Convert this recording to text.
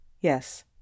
Yes